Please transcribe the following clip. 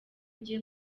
ugiye